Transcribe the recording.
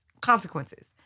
Consequences